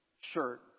shirt